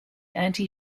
anti